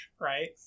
right